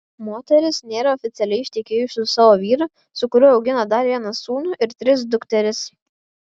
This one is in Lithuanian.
moteris nėra oficialiai ištekėjusi už savo vyro su kuriuo augina dar vieną sūnų ir tris dukteris